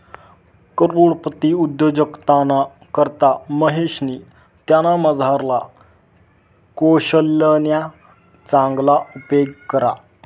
करोडपती उद्योजकताना करता महेशनी त्यानामझारला कोशल्यना चांगला उपेग करा